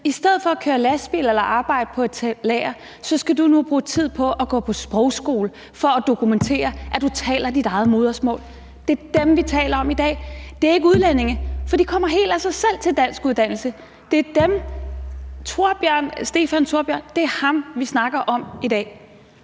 i stedet for at køre lastbil eller arbejde på et lager skal han nu bruge tid på at gå på sprogskole for at dokumentere, at han taler sit eget modersmål. Det er dem, vi taler om i dag. Det er ikke udlændinge. For de kommer helt af sig selv til danskuddannelse. Det er dem, altså sådan nogle som Stefan Thorbjørn, som vi snakker om i dag.